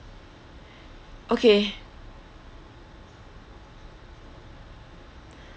okay